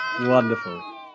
Wonderful